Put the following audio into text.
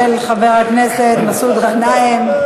של חבר הכנסת מסעוד גנאים.